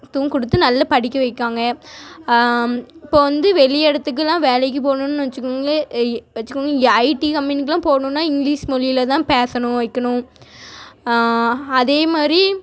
த்துவும் கொடுத்து நல்லா படிக்க வைக்காங்க இப்போ வந்து வெளியே இடத்துக்குலாம் வேலைக்கு போகணும்னு வச்சுக்கோங்களேன் ஐய் வச்சுக்கோங்க இங்கே ஐடி கம்பெனிக்கு எல்லாம் போகணும்னா இங்கிலிஷ் மொழியில் தான் பேசணும் வைக்கணும் அதேமாதிரி